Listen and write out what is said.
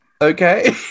okay